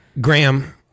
graham